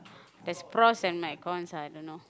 there's pros and my cons I don't know